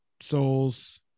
souls